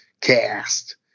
cast